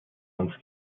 uns